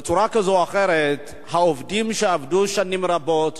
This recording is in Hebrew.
בצורה כזאת העובדים שעבדו שנים רבות,